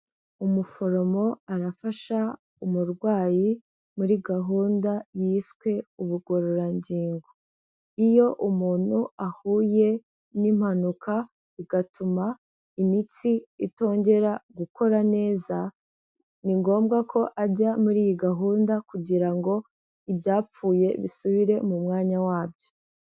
Umuforomo arafasha umurwayi muri gahunda yiswe ubugororangingo. Iyo umuntu ahuye n'impanuka igatuma imitsi itongera gukora neza, ni ngombwa ko ajya muri iyi gahunda kugira ngo ibyapfuye bisubire mu mwanya wabyo.